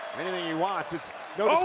anything he wants, it's no